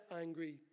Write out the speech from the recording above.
angry